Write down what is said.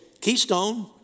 Keystone